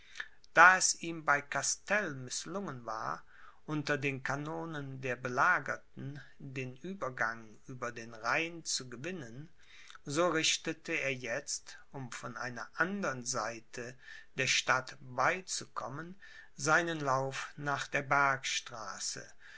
da es ihm bei castel mißlungen war unter den kanonen der belagerten den uebergang über den rhein zu gewinnen so richtete er jetzt um von einer andern seite der stadt beizukommen seinen lauf nach der